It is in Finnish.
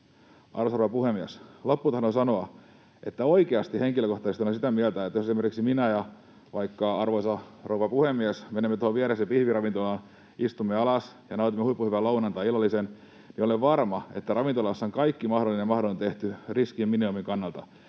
Arvoisa rouva puhemies! Loppuun tahdon sanoa, että oikeasti olen henkilökohtaisesti sitä mieltä, että jos esimerkiksi minä ja vaikka arvoisa rouva puhemies menemme tuohon viereiseen pihviravintolaan, istumme alas ja nautimme huippuhyvän lounaan tai illallisen, niin olen varma, että ravintolassa on tehty kaikki mahdollinen ja mahdoton riskien minimoinnin kannalta,